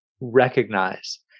recognize